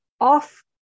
off